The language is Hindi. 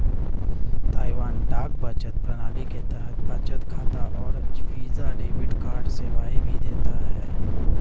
ताइवान डाक बचत प्रणाली के तहत बचत खाता और वीजा डेबिट कार्ड सेवाएं भी देता है